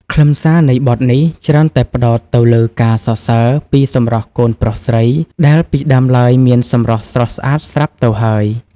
ខ្លឹមសារនៃបទនេះច្រើនតែផ្តោតទៅលើការសរសើរពីសម្រស់កូនប្រុសស្រី ដែលពីដើមឡើយមានសម្រស់ស្រស់ស្អាតស្រាប់ទៅហើយ